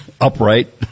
Upright